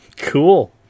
Cool